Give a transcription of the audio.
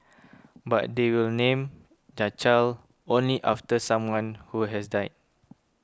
but they will name their child only after someone who has died